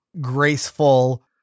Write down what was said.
graceful